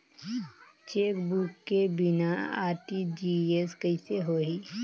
Chequebook के बिना RTGS कइसे होही?